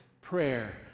prayer